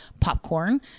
popcorn